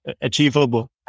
achievable